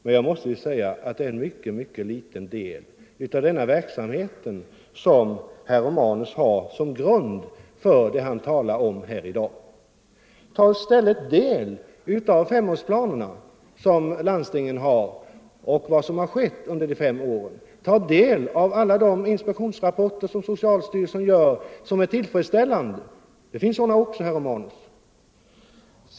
Det är således en mycket liten del av omsorgsverksamheten som ligger till grund för herr Romanus” påståenden här i dag. Ta i stället del av landstingens femårsplaner och se vad som har skett under de senaste fem åren! Ta del av alla de inspektionsrapporter från socialstyrelsen som visar på tillfredsställande förhållanden! Det finns sådana också, herr Romanus.